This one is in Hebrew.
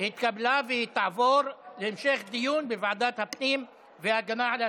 וזה צריך להיות פתוח שבעה ימים